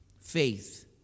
Faith